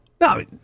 No